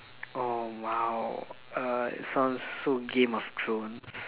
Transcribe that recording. oh !wow! uh sounds so Game of Thrones